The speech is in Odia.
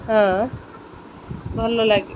ଭଲ ଲାଗେ